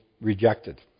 rejected